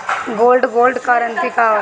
Gold bond करतिं का होला?